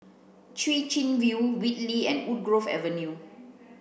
Chwee Chian View Whitley and Woodgrove Avenue